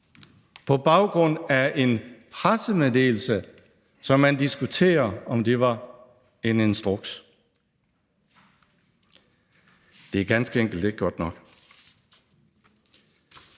på baggrund af en pressemeddelelse, som man diskuterer om var en instruks. Det er ganske enkelt ikke godt nok.